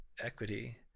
equity